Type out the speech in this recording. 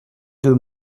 deux